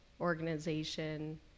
organization